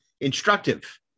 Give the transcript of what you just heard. instructive